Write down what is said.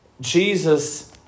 Jesus